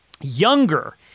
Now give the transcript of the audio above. younger